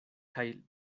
kaj